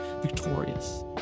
victorious